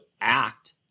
act